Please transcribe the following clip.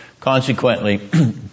consequently